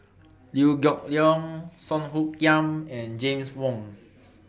Liew Geok Leong Song Hoot Kiam and James Wong